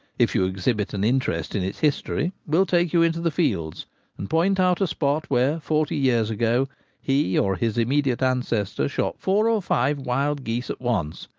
if you exhibit an interest in its history, will take you into the fields and point out a spot where forty years ago he or his immediate ancestor shot four or five wild geese at once,